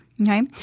okay